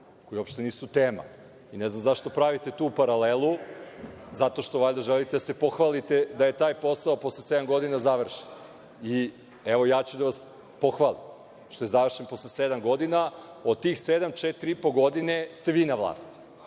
koje uopšte nisu tema. Ne znam zašto pravite tu paralelu. Zato što, valjda želite da se pohvalite da je taj posao posle sedam godina završen. Evo, ja ću da vas pohvalim što je završen posle sedam godina. Od tih sedam, četiri i po godine ste vi na vlasti,